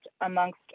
amongst